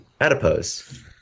Adipose